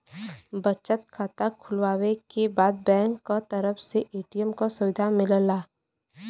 बचत खाता खुलवावे के बाद बैंक क तरफ से ए.टी.एम क सुविधा मिलला